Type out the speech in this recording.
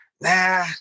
nah